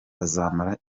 bazamara